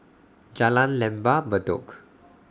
Jalan Lembah Bedok